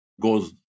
goes